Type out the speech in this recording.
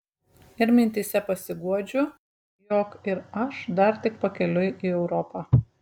ir mintyse pasiguodžiu jog ir aš dar tik pakeliui į europą